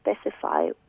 specify